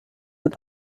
mit